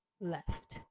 left